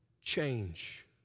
change